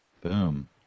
Boom